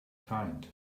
kind